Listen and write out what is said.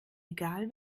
egal